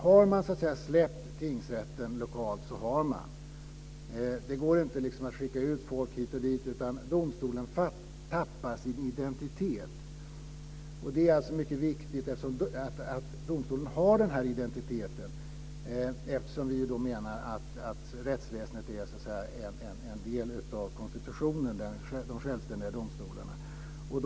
Har man släppt tingsrätten lokalt så har man. Det går inte att skicka ut folk hit och dit utan att domstolen tappar sin identitet. Det är mycket viktigt att domstolen har denna identitet eftersom rättsväsendet och de självständiga domstolarna, menar vi, är en del av konstitutionen.